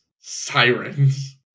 Sirens